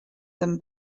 them